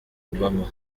obama